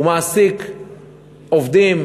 הוא מעסיק עובדים,